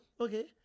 okay